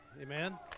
Amen